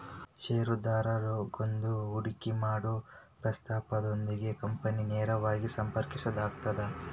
ಷೇರುದಾರರಾಗೋದು ಹೂಡಿಕಿ ಮಾಡೊ ಪ್ರಸ್ತಾಪದೊಂದಿಗೆ ಕಂಪನಿನ ನೇರವಾಗಿ ಸಂಪರ್ಕಿಸಿದಂಗಾಗತ್ತ